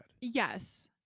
yes